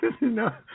No